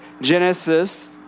Genesis